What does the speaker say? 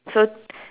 so